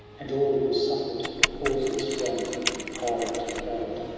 and all who sufi er'd causeless wrong. from t rant proud,